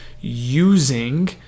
using